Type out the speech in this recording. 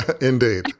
Indeed